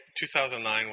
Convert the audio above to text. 2009